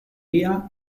día